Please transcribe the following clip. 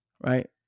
Right